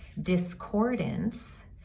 discordance